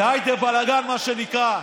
והיידה בלגן, מה שנקרא.